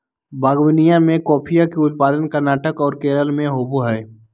बागवनीया में कॉफीया के उत्पादन कर्नाटक और केरल में होबा हई